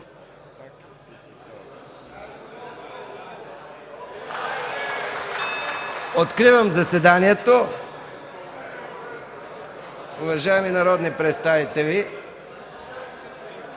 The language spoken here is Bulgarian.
Откривам заседанието. Уважаеми народни представители,